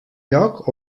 lloc